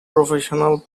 professional